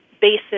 basis